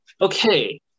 okay